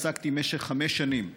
עסקתי במשך חמש שנים יום-יום,